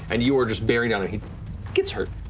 and you are just bearing down, and he gets hurt,